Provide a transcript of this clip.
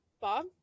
Bob